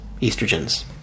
estrogens